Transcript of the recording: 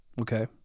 Okay